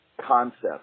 concept